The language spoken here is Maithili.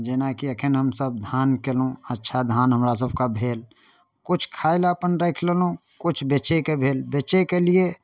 जेनाकि एखन हमसब धान केलहुँ अच्छा धान हमरा सभके भेल किछु खाइलए अपन राखि लेलहुँ किछु बेचैके भेल बेचैकेलिए